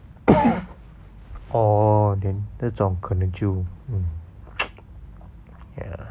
orh then 这种可能就 mm ya